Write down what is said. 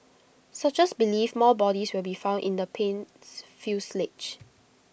searchers believe more bodies will be found in the plane's fuselage